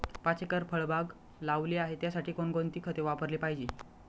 पाच एकर फळबाग लावली आहे, त्यासाठी कोणकोणती खते वापरली पाहिजे?